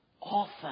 Often